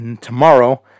tomorrow